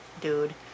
dude